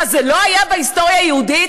מה, זה לא היה בהיסטוריה היהודית?